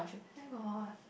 where got